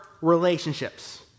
relationships